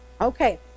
Okay